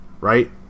right